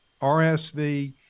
RSV